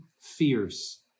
fierce